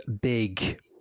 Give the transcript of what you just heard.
big